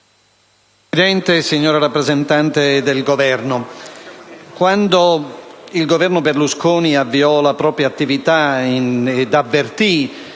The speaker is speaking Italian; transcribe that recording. Presidente, signora rappresentante del Governo, quando il Governo Berlusconi avviò la propria attività e avvertì